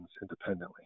independently